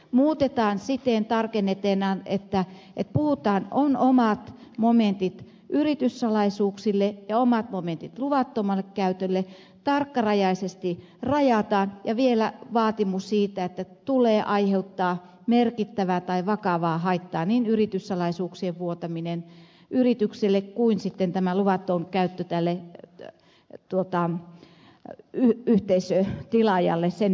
muutetaan siten tarkennetaan että on omat momentit yrityssalaisuuksille ja omat momentit luvattomalle käytölle tarkkarajaisesti rajataan ja vielä on vaatimus siitä että tulee aiheuttaa merkittävää tai vakavaa haittaa niin yrityssalaisuuksien vuotamisen yrityksille kuin sitten tämän luvattoman käytön tälle yhteisötilaajalle sen verkolle